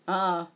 ah